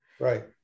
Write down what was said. Right